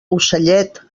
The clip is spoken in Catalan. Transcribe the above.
ocellet